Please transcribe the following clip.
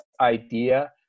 idea